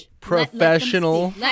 Professional